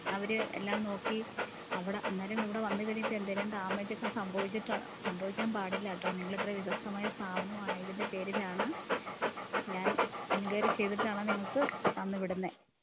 അവർ എല്ലാം നോക്കി അവിടെ അന്നേരം ഇവിടെ വന്ന് കഴിയുമ്പം എന്തേലും ഡാമേജൊക്കെ സംഭവിച്ചിട്ടുണ്ടേൽ സംഭവിക്കാൻ പാടില്ല കേട്ടോ നിങ്ങൾ ഇത്രയും വിശ്വസ്തമായൊരു സ്ഥാപനമായതിൻ്റെ പേരിലാണ് ഞാൻ എൻക്വയറി ചെയ്തിട്ടാണ് നിങ്ങൾക്ക് തന്ന് വിടുന്നത്